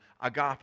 agape